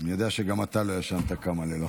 אני יודע שגם אתה לא ישנת כמה לילות.